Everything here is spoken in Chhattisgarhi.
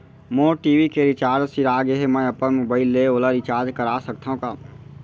मोर टी.वी के रिचार्ज सिरा गे हे, मैं अपन मोबाइल ले ओला रिचार्ज करा सकथव का?